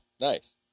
Nice